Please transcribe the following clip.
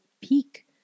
peak